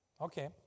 Okay